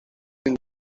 come